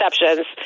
exceptions